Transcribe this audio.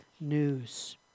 news